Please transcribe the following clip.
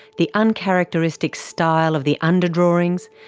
the uncharacteristic style of the underdrawings,